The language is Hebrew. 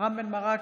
רם בן ברק,